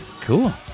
Cool